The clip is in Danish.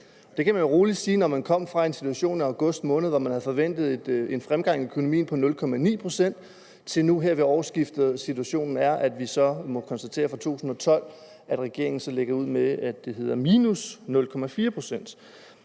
Det kan man jo rolig sige, når vi kom fra en situation i august måned, hvor regeringen havde forventet en fremgang i økonomien på 0,9 pct., til nu her ved årsskiftet, hvor situationen er, at vi må konstatere, at regeringen for 2012 lægger ud med, at det hedder -0,4 pct.